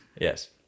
yes